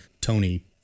Tony